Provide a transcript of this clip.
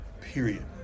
period